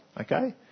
okay